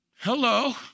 Hello